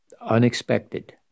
unexpected